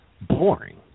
boring